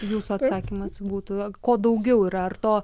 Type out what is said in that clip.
jūsų atsakymas būtų kuo daugiau yra ar to